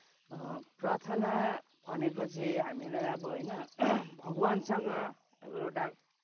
प्रार्थना भनेको चाहिँ हामीलाई अब होइन भगवानसँग अब एउटा